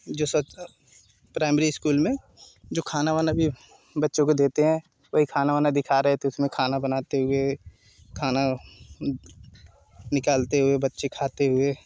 जो सब primary school में जो खाना वाना भी बच्चों को देते हैं वही खाना वाना दिखा रहे थे उसमें खाना बनाते हुए खाना निकालते हुए बच्चे खाते हुए